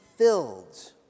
...filled